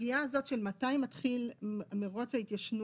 הסוגיה הזאת של מתי מתחיל מרוץ ההתיישנות,